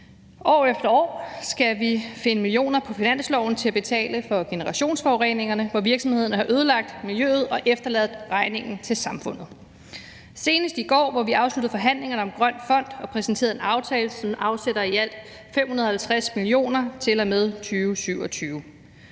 År efter år skal vi finde millioner på finansloven til at betale for generationsforureningerne, hvor virksomhederne har ødelagt miljøet og efterladt regningen til samfundet. Det gjorde vi senest i går, hvor vi afsluttede forhandlingerne om grøn fond og præsenterede en aftale, hvor vi afsætter i alt 550 mio. kr. til og med 2027.